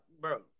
bro